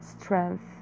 strength